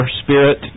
spirit